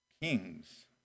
Kings